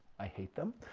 i hate them.